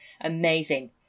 amazing